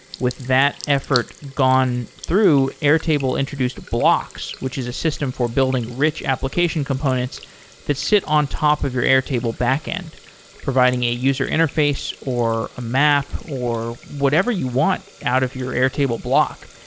with that effort gone through, airtable introduced blocks, which is a system for building rich application components that sit on top of your airtable backend providing a user interface, or a map, or whatever you want out of your airtable block.